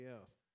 else